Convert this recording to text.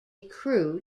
crew